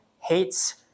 hates